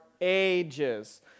ages